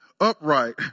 upright